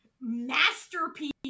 masterpiece